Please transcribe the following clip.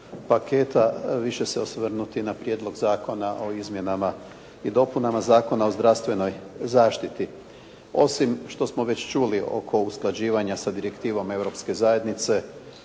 paketa više se osvrnuti na Prijedlog zakona o Izmjenama i dopunama Zakona o zdravstvenoj zaštiti. Osim što smo već čuli oko usklađivanja sa Direktivnom Europske zajednice